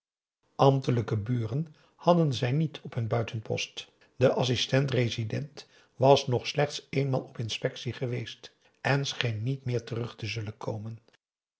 ambtelijke buren hadden zij niet op hun p a daum hoe hij raad van indië werd onder ps maurits buitenpost de assistent-resident was nog slechts eenmaal op inspectie geweest en scheen niet meer terug te zullen komen